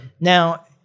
Now